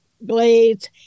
blades